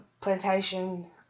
plantation